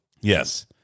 Yes